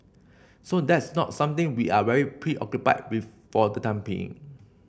so that's not something we are very preoccupied with for the time being